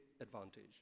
advantage